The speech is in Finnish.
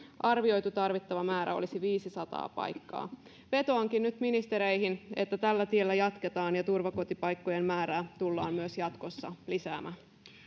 arvioitu tarvittava määrä olisi viisisataa paikkaa vetoankin nyt ministereihin että tällä tiellä jatketaan ja turvakotipaikkojen määrää tullaan myös jatkossa lisäämään